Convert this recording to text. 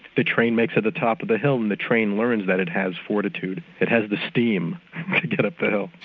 the train makes it to the top of the hill and the train learns that it has fortitude, it has the steam to get up the hill.